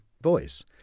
voice